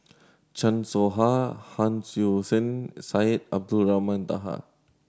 Chan Soh Ha Hon Sui Sen Syed Abdulrahman Taha